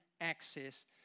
access